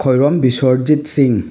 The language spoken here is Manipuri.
ꯈꯣꯏꯔꯣꯝ ꯕꯤꯁ꯭ꯋꯣꯔꯖꯤꯠ ꯁꯤꯡ